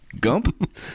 Gump